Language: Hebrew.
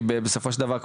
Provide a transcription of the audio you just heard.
כי בסופו של דבר,